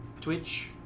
Twitch